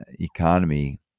economy